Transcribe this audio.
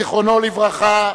זיכרונו לברכה.